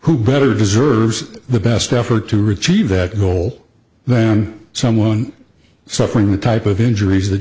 who better deserves the best effort to retrieve that goal than someone suffering the type of injuries th